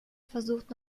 versucht